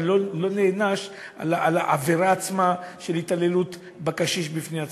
אבל לא נענשו על העבירה עצמה של התעללות בקשיש בפני עצמה.